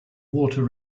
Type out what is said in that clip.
water